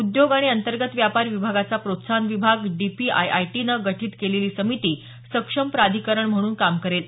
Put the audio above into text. उद्योग आणि अंतर्गत व्यापार विभागाचा प्रोत्साहन विभाग डीपीआयआयटीने गठीत केलेली समिती सक्षम प्राधिकरण म्हणून काम करील